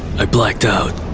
i blacked out.